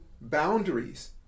boundaries